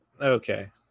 Okay